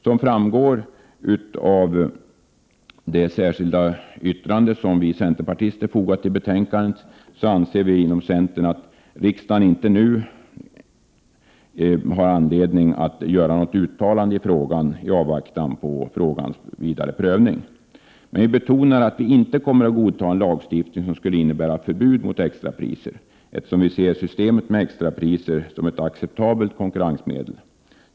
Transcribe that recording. Som framgår av det särskilda yttrande som vi centerpartister har fogat till betänkandet anser vi inom centern att riksdagen, i avvaktan på frågans vidare prövning, inte nu har anledning att göra något uttalande i frågan. Vi betonar emellertid att vi inte kommer att godta en lagstiftning som skulle innebära ett förbud mot extrapriser, eftersom vi ser systemet med extrapriser som ett acceptabelt konkurrensmedel.